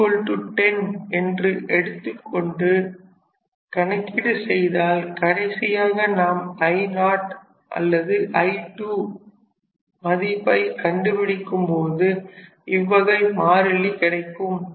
n10என்று எடுத்துக்கொண்டு கணக்கீடு செய்தால் கடைசியாக நாம் I0 அல்லது I2 மதிப்பை கண்டுபிடிக்கும் போது இவ்வகை மாறிலி கிடைக்கும்